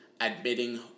admitting